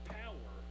power